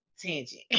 tangent